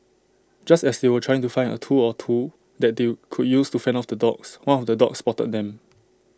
just as they were trying to find A tool or two that they could use to fend off the dogs one of the dogs spotted them